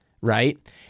right